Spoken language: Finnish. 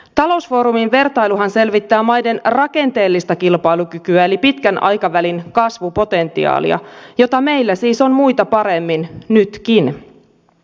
talousfoorumin vertailuhan selvittää maiden rakenteellista kilpailukykyä eli pitkän aikavälin kasvupotentiaalia jota meillä siis on muita paremmin nytkin